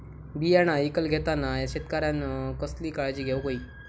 बियाणा ईकत घेताना शेतकऱ्यानं कसली काळजी घेऊक होई?